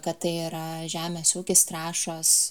kad tai yra žemės ūkis trąšos